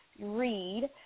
read